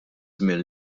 żmien